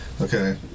Okay